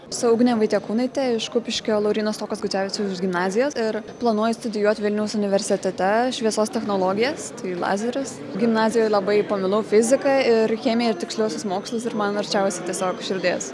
esu ugnė vaitekūnaitė iš kupiškio lauryno stuokos gucevičiaus gimnazijos ir planuoju studijuot vilniaus universitete šviesos technologijas tai lazeris gimnazijoj labai pamilau fiziką ir chemiją ir tiksliuosius mokslus ir man arčiausiai tiesiog širdies